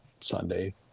Sunday